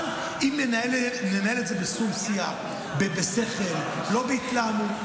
אבל ננהל את זה בשיח, בשום שכל, לא בהתלהמות.